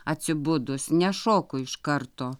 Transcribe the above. atsibudus nešoku iš karto